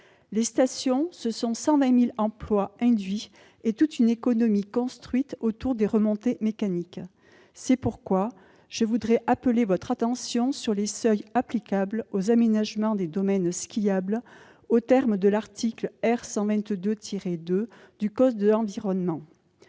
Les stations représentent 120 000 emplois induits et toute une économie construite autour des remontées mécaniques. C'est pourquoi je veux appeler votre attention sur les seuils applicables aux aménagements des domaines skiables aux termes de l'article R. 122-2 du code l'environnement.